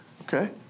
Okay